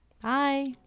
Bye